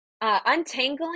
untangling